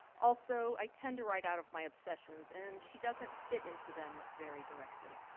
also, i tend to write out of my obsessions, and she doesn't fit into them very directly.